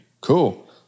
cool